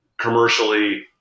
commercially